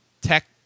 tech